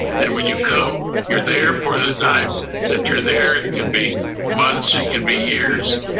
and when you come, you're there for the time that you're there, it can be months, it can be years,